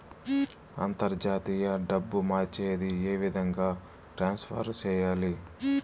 అంతర్జాతీయ డబ్బు మార్చేది? ఏ విధంగా ట్రాన్స్ఫర్ సేయాలి?